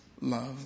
love